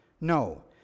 No